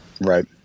Right